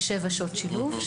כשבע שעות שילוב,